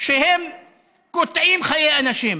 שהם קוטעים חיי אנשים.